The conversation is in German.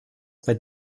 bei